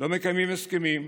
לא מקיימים הסכמים,